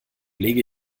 lege